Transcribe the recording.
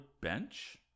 bench